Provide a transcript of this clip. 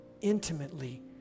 intimately